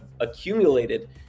accumulated